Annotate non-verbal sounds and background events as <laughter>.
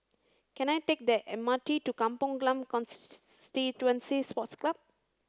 can I take the M R T to Kampong Glam <unintelligible> Sports Club